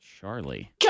Charlie